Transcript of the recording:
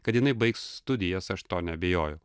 kad jinai baigs studijas aš to neabejoju